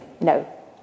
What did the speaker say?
No